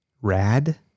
Rad